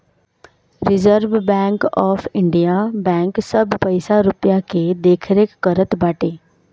reserve bank of India bank सब पईसा रूपया के देखरेख करत बाटे